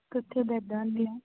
पिट्ठी दर्दां होंदियां